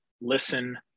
listen